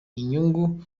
inyungu